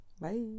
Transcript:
bye